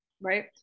Right